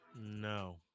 No